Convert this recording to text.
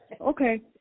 Okay